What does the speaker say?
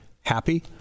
happy